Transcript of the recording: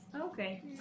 Okay